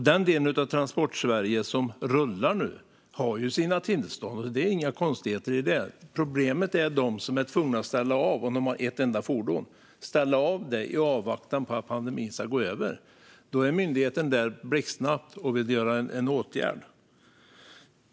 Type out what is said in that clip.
Den del av Transportsverige som nu rullar har ju sina tillstånd. Det är inga konstigheter i det. Problemet är de som är tvungna att ställa av sitt enda fordon i avvaktan på att pandemin ska gå över. Då är myndigheten blixtsnabbt där och vill vidta en åtgärd.